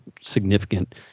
significant